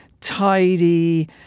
tidy